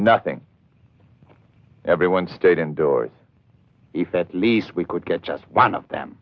nothing everyone stayed indoors if that least we could get just one of them